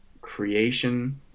creation